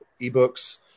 eBooks